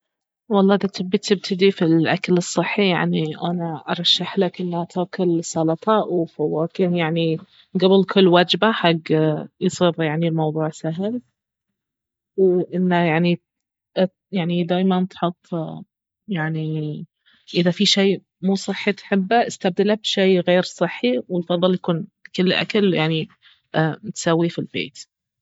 والله اذا تبي تبتدي في الاكل الصحي يعني انا ارشحلك انه تاكل سلطة وفواكه يعني قبل كل وجبة حق يصير يعني الموضوع سهل وانه يعني يعني دايما تحط يعني اذا في شي مو صحي تحبه استبدله بشي غير صحي ويفضل يكون كل الاكل يعني متسوي في البيت